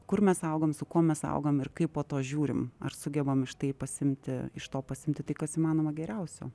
kur mes augom su kuo mes augam ir kaip po to žiūrim ar sugebam iš tai pasiimti iš to pasiimti tai kas įmanoma geriausio